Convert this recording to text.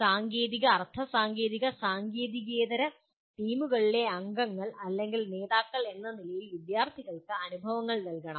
സാങ്കേതിക അർദ്ധ സാങ്കേതിക സാങ്കേതികേതര ടീമുകളിലെ അംഗങ്ങൾ അല്ലെങ്കിൽ നേതാക്കൾ എന്ന നിലയിൽ വിദ്യാർത്ഥികൾക്ക് അനുഭവങ്ങൾ നൽകണം